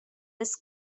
this